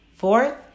Fourth